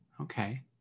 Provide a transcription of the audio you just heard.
okay